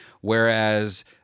whereas